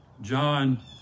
John